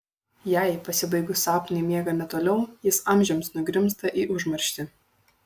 jei pasibaigus sapnui miegame toliau jis amžiams nugrimzta į užmarštį